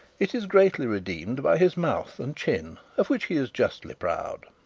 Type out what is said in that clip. it is greatly redeemed by his mouth and chin, of which he is justly proud.